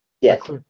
Yes